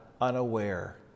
unaware